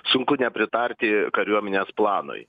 sunku nepritarti kariuomenės planui